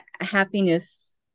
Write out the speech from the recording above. happiness